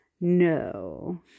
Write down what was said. No